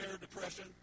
depression